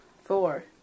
Four